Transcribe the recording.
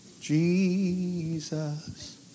Jesus